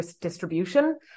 Distribution